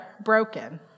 broken